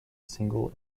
single